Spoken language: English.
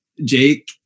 Jake